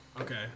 Okay